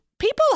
People